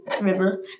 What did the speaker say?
river